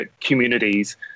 communities